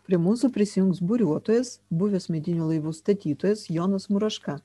prie mūsų prisijungs buriuotojas buvęs medinių laivų statytojas jonas muraška